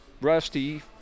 Rusty